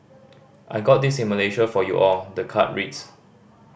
I got this in Malaysia for you all the card reads